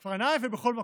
בכפר נחף ובכל מקום.